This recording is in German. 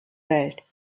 welt